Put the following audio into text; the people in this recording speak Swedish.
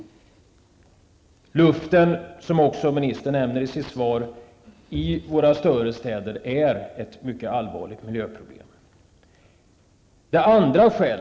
Luften i våra större städer är ett mycket allvarligt miljöproblem, som ministern också nämnde i sitt svar.